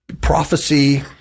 prophecy